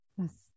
yes